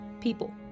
people